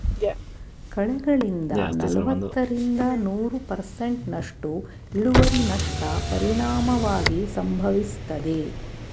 ಕಳೆಗಳಿಂದ ನಲವತ್ತರಿಂದ ನೂರು ಪರ್ಸೆಂಟ್ನಸ್ಟು ಇಳುವರಿನಷ್ಟ ಪರಿಣಾಮವಾಗಿ ಸಂಭವಿಸ್ತದೆ